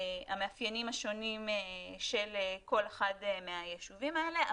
המאפיינים השונים של כל אחד מהיישובים האלה,